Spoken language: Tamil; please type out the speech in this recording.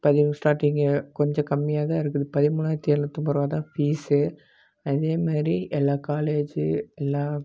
பதிவு ஸ்டார்டிங்கு கொஞ்சம் கம்மியாக தான் இருக்குது பதிமூணாயிரத்து எழுநூற்று ஐம்பது ரூபா தான் பீஸ்ஸு அதே மாரி எல்லா காலேஜு எல்லாம்